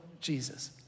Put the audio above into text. Jesus